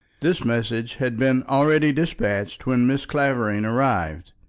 this message had been already despatched when mrs. clavering arrived.